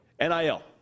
NIL